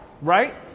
Right